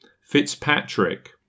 Fitzpatrick